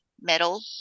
metal